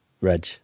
Reg